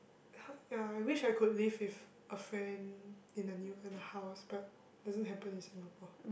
ya I wished I could live with a friend in the new in a house but doesn't happen in Singapore